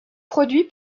produit